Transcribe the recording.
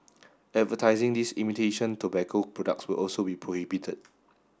advertising these imitation tobacco products will also be prohibited